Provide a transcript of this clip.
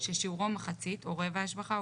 ששיעורו מחצית או רבע השבחה,